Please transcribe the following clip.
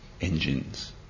engines